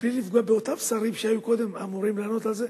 בלי לפגוע באותם שרים שהיו קודם אמורים לענות על זה,